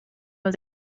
was